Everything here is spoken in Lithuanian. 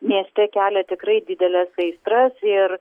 mieste kelia tikrai dideles aistras ir